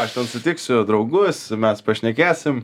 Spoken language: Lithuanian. aš ten sutiksiu draugus mes pašnekėsim